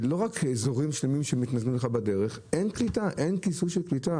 לא רק אזורים שלמים שמתנתקים לך בדרך אלא אין כיסוי של קליטה.